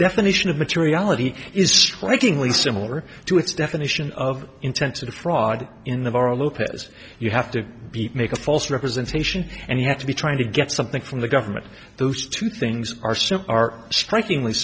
definition of materiality is strikingly similar to its definition of intensive fraud in the bar lopez you have to make a false representation and you have to be trying to get something from the government those two things are so are striking